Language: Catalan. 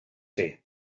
fer